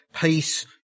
peace